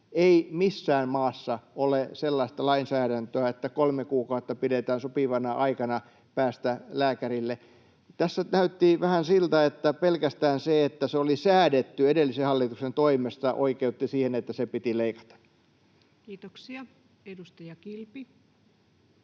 Ei missään maassa ole sellaista lainsäädäntöä, että kolme kuukautta pidetään sopivana aikana päästä lääkärille. Tässä näytti vähän siltä, että pelkästään se, että se oli säädetty edellisen hallituksen toimesta, oikeutti siihen, että se piti leikata. [Speech 378]